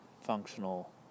functional